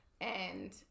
and-